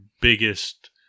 biggest